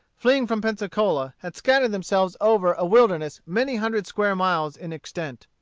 fleeing from pensacola, had scattered themselves over a wilderness many hundred square miles in extent.